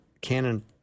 canon